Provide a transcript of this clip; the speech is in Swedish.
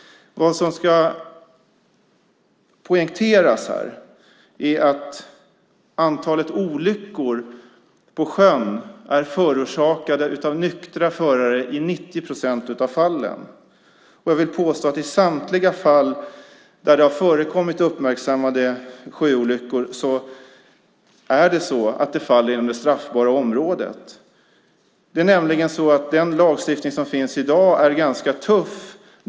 Vad som ska poängteras är att antalet olyckor på sjön är orsakade av nyktra förare i 90 procent av fallen. Jag vill påstå att samtliga fall med uppmärksammade sjöolyckor faller inom det straffbara området. Den lagstiftning som finns i dag är ganska tuff.